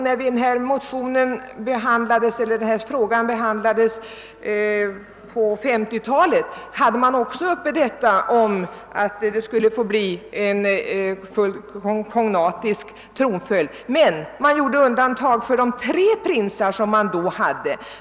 När denna fråga behandlades på 1950-talet hade man också uppe frågan om full kognatisk tronföljd — men man gjorde undantag för de tre prinsar som då fanns.